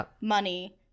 money